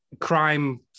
Crime